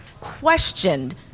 questioned